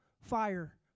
fire